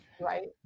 right